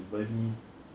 and they have to drive like